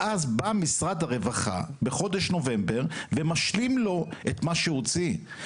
ואז בא משרד הרווחה בחודש נובמבר ומשלים לו את מה שהוא הוציא.